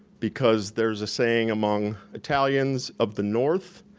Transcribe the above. because there's a saying among italians of the north,